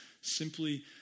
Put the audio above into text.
simply